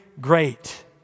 great